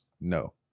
No